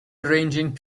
arranging